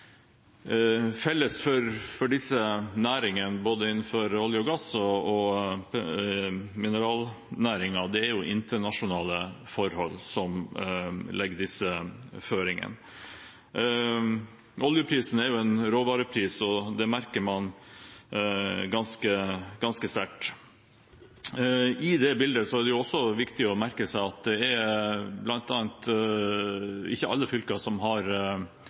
Felles for disse næringene, både innenfor olje og gass og mineralnæringen, er at det er internasjonale forhold som legger disse føringene. Oljeprisen er en råvarepris, og det merker man ganske sterkt. I det bildet er det også viktig å merke seg at det ikke er alle fylker som har